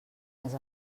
més